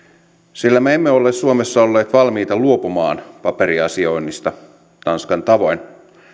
sillä me emme ole suomessa olleet valmiita luopumaan paperiasioinnista tanskan tavoin